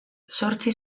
zortzi